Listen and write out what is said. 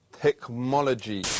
Technology